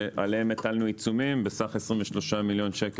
שעליהן הטלנו עיצומים בסך 23 מיליון שקל.